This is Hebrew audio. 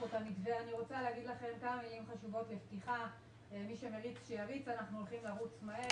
אני רוצה להגיד לכם מילה אחת על החשיבות של